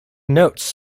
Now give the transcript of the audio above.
notes